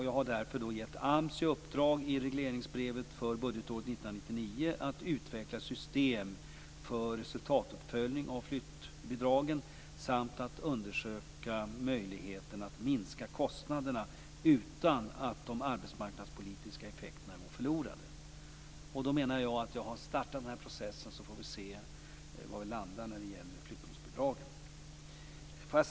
Jag har därför i regleringsbrevet för budgetåret 1999 gett AMS i uppdrag att utveckla ett system för resultatuppföljning av flyttbidragen samt att undersöka möjligheten att minska kostnaderna utan att de arbetsmarknadspolitiska effekterna går förlorade. Jag menar att vi har startat denna process. Sedan får vi se var vi landar när det gäller flyttbidragen.